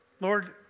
Lord